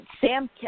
Sam